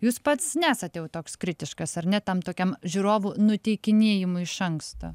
jūs pats nesate jau toks kritiškas ar ne tam tokiam žiūrovų nuteikinėjimui iš anksto